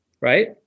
right